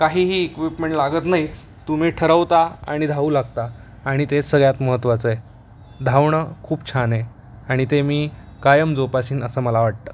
काहीही इक्विपमेंट लागत नाही तुम्ही ठरवता आणि धावू लागता आणि ते सगळ्यात महत्त्वाचं आहे धावणं खूप छान आहे आणि ते मी कायम जोपासेन असं मला वाटतं